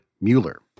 Mueller